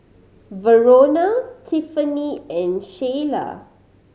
Verona Tiffany and Sheilah